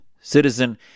citizen